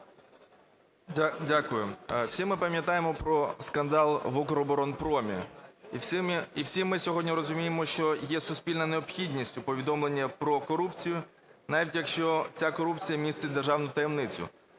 Дякую. Всі ми пам'ятаємо про скандал в "Укроборонпромі", і всі ми сьогодні розуміємо, що є суспільна необхідність у повідомленні по корупцію, навіть якщо ця корупція містить державну таємницю.